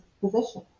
position